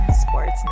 Sports